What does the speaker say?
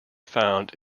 found